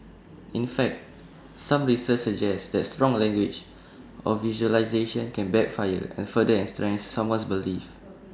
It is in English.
in fact some research suggests that strong language or visualisations can backfire and further entrench someone's beliefs